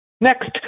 Next